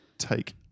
Take